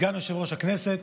סגן יושב-ראש הכנסת,